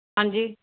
ਹਾਂਜੀ